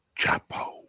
Chapo